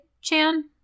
Chan